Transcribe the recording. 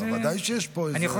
אז בוודאי שיש פה איזה תיקון עוולה.